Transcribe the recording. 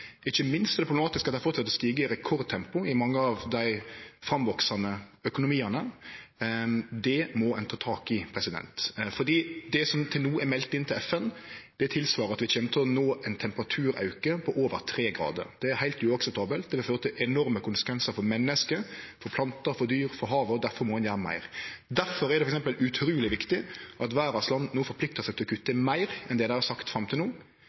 Ikkje minst er det problematisk at dei fortset med å stige i rekordtempo i mange av dei framveksande økonomiane. Det må ein ta tak i, for det som til no er meldt inn til FN, svarar til at vi kjem til å nå ein temperaturauke på over 3 grader. Det er heilt uakseptabelt, det vil føre til enorme konsekvensar for menneske, for plantar, for dyr, for havet, og difor må ein gjere meir. Difor er det f.eks. utruleg viktig at landa i verda no forpliktar seg til å kutte meir enn det dei har sagt fram til no.